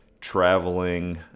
traveling